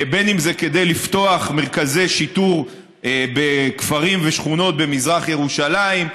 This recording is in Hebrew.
אם זה כדי לפתוח מרכזי שיטור בכפרים ושכונות במזרח ירושלים,